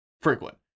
frequent